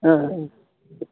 ਹਾਂ